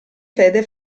fede